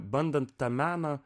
bandant tą meną